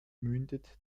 mündet